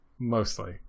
mostly